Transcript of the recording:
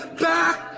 back